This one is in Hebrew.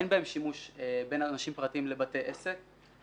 אין בהן שימוש בין אנשים פרטיים לבתי עסק.